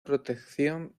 protección